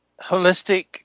holistic